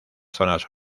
zonas